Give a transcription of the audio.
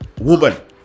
woman